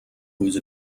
whose